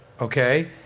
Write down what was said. okay